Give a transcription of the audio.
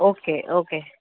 okay okay